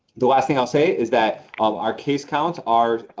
the last thing i will say is that our case counts are,